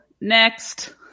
Next